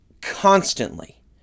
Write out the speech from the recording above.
constantly